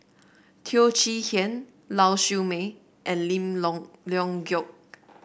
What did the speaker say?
Teo Chee Hean Lau Siew Mei and Lim Long Leong Geok